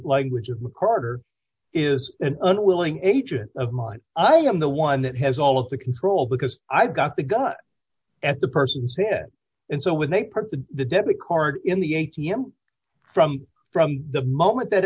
language of mccarter is an unwilling agent of mine and i am the one that has all of the control because i've got the gun at the person's head and so when they put the debit card in the a t m from from the moment that